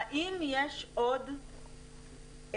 האם יש עוד מחלוקת,